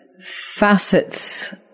facets